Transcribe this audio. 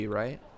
right